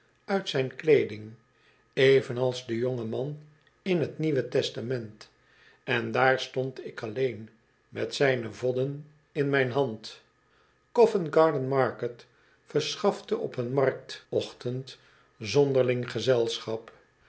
uit zijn kleeding evenals de jonge man in t nieuwe testament en daar stond ik alleen met zijne vodden in mijn hand covent-garden-market verschafte op een markt ochtend zonderling gezelschap